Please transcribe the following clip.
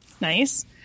Nice